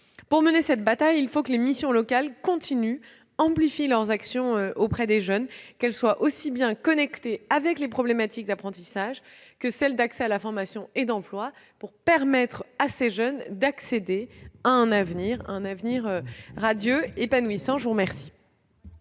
Pour mener cette bataille, il faut que les missions locales poursuivent et amplifient leurs actions auprès des jeunes et qu'elles soient bien connectées avec les problématiques d'apprentissage, d'accès à la formation et d'emploi, pour permettre à ces jeunes d'accéder à un avenir radieux, un avenir épanouissant ! La parole